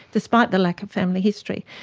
despite the lack of family history.